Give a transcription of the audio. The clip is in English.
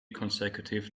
consecutive